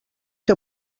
que